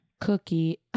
cookie